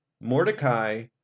Mordecai